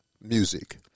music